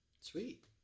Sweet